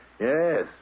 Yes